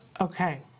Okay